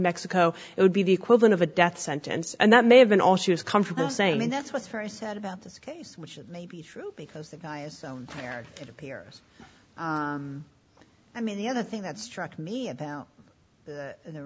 mexico it would be the equivalent of a death sentence and that may have been all she was comfortable saying and that's what's very sad about this case which may be true because the guy is so rare it appears i mean the other thing that struck me about the